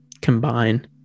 combine